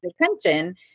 attention